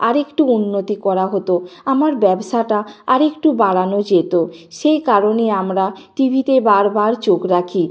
আরেকটু উন্নতি করা হতো আমার ব্যবসাটা আরেকটু বাড়ানো যেত সেই কারণে আমরা টিভিতে বারবার চোখ রাখি